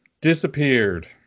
disappeared